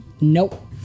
Nope